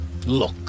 Look